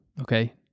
Okay